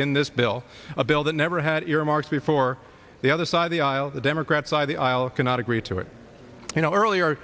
in this bill a bill that never had earmarks before the other side of the aisle the democrat side of the aisle cannot agree to it you know earlier